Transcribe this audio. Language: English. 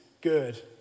good